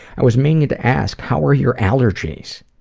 i was meaning to ask, how are your allergies?